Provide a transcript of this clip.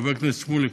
חבר הכנסת שמולי,